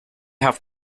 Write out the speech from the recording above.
have